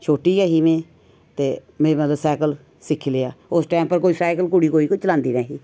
छोटी गै ही में ते में मतलब सैकल सिक्खी लेआ उस टैम पर कोई कुड़ी सैकल कुड़ी चलांदी नेईं ही